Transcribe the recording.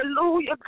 hallelujah